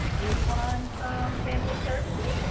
anyone from family services?